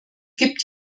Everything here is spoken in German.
gibt